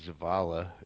Zavala